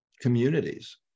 communities